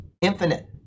infinite